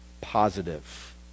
positive